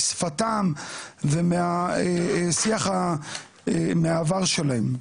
משפתם ומשיח מהעבר שלהם.